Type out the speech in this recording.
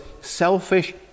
selfish